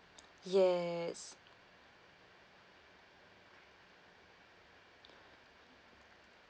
yes